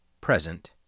present